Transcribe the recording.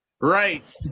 Right